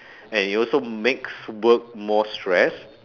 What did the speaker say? and it also makes work more stress